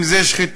אם זה שחיתות,